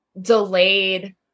delayed